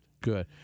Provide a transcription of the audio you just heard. Good